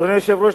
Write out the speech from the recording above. אדוני היושב-ראש,